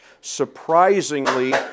surprisingly